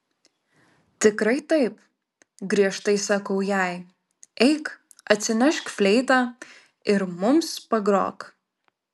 tikrai taip griežtai sakau jai eik atsinešk fleitą ir mums pagrok